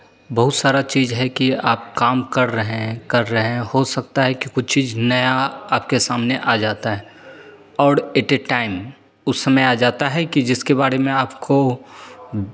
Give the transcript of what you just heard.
बहुत सारा चीज़ है कि आप काम कर रहे हैं कर रहे हैं हो सकता है कि कुछ चीज़ नया आपके सामने हो जाता है औड़ एट ए टाइम उस समय आ जाता है कि जिसके बारे में आपको